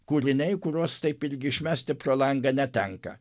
kūriniai kuriuos taip irgi išmesti pro langą netenka